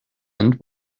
end